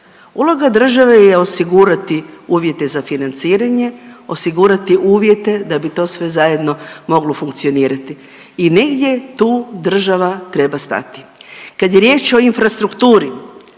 Uloga države je osigurati uvjete za financiranje, osigurati uvjete da bi to sve zajedno moglo funkcionirati i negdje tu država treba stati. Kad je riječ o infrastrukturi